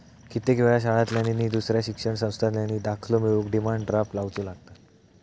कित्येक वेळा शाळांतल्यानी नि दुसऱ्या शिक्षण संस्थांतल्यानी दाखलो मिळवूक डिमांड ड्राफ्ट लावुचो लागता